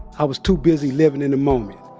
i was too busy living in the moment.